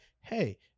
hey